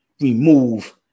remove